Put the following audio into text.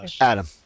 Adam